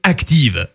Active